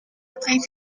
утгыг